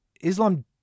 Islam